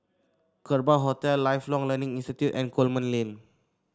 Kerbau Hotel Lifelong Learning Institute and Coleman Lane